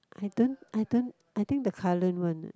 I don't I don't I think the current one ah